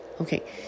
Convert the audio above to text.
Okay